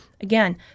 Again